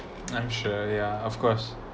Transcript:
I'm sure yeah of course